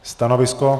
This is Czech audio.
Stanovisko?